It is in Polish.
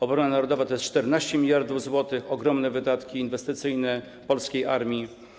Obrona narodowa to jest 14 mld zł, to są ogromne wydatki inwestycyjne polskiej armii.